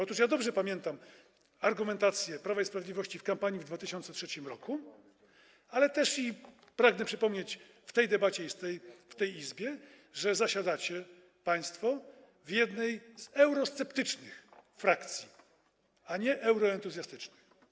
Otóż dobrze pamiętam argumentację Prawa i Sprawiedliwości w kampanii w 2003 r., ale też pragnę przypomnieć w tej debacie, w tej Izbie, że zasiadacie państwo w jednej z eurosceptycznych frakcji, a nie euroentuzjastycznych.